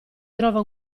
trova